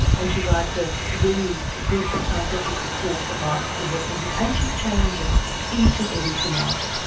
and she writes a very good scientific report about the witnesses, and she challenges each and every commander.